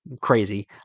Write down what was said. crazy